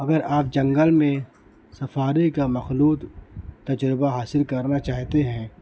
اگر آپ جنگل میں سفاری کا مخلوط تجربہ حاصل کرنا چاہتے ہیں